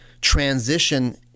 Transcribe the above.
transition